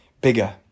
bigger